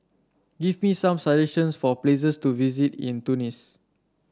give me some suggestions for places to visit in Tunis